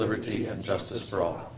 liberty and justice for all